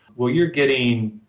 well, you're getting